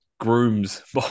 grooms